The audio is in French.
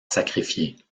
sacrifier